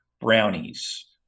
Brownies